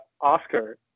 Oscar